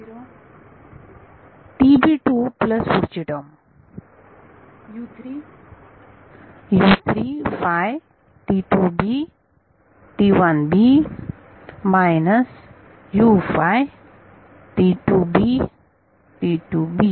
विद्यार्थी प्लस पुढची टर्म विद्यार्थी U 3